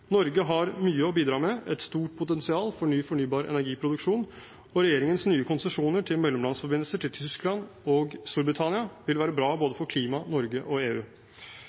Norge har mye å bidra med, et stort potensial for ny fornybar energiproduksjon, og regjeringens nye konsesjoner til mellomlandsforbindelser til Tyskland og Storbritannia vil være bra både for klima, Norge og EU.